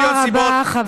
כי יש גם 60 מיליון סיבות,